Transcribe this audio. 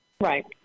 right